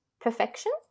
perfection